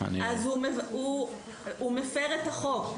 אז הוא מפר את החוק.